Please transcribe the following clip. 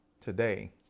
today